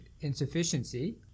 insufficiency